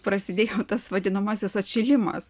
prasidėjo tas vadinamasis atšilimas